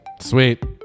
sweet